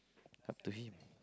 up to him